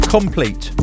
Complete